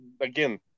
again